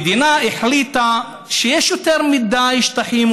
המדינה החליטה שיש יותר מדי שטחים,